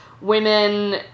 women